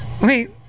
Wait